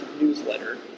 newsletter